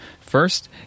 first